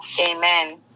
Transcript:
Amen